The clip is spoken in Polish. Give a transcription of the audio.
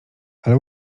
ale